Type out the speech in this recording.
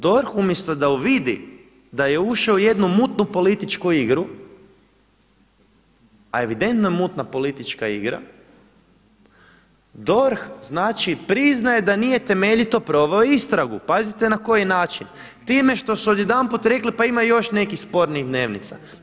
DORH umjesto da uvidi da je ušao u jednu mutnu političku igru, a evidentno je mutna politička igra, DORH znači priznaje da nije temeljito proveo istragu, pazite na koji način, time što su odjedanput rekli, pa ima i još nekih spornih dnevnica.